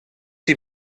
die